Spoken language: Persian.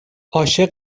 عاشق